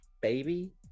baby